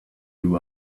you